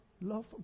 love